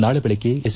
ನಾಳಿ ಬೆಳಗ್ಗೆ ಎಸ್